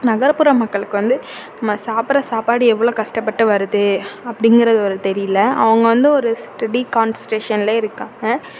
நகர்ப்புற மக்களுக்கு வந்து நம்ம சாப்பிட்ற சாப்பாடு எவ்வளோவு கஷ்டப்பட்டு வருது அப்படிங்கிறது வந்து தெரியல அவங்க வந்து ஒரு ஸ்டெடி கான்ஸ்ட்ரேஷன்லே இருக்காங்க